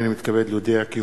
הנני מתכבד להודיעכם,